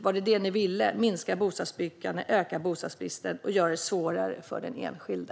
Var det detta ni ville ha: minskat bostadsbyggandet, ökad bostadsbrist och större svårigheter för den enskilde?